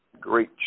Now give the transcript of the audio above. great